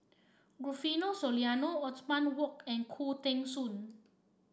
Rufino Soliano Othman Wok and Khoo Teng Soon